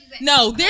No